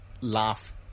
laugh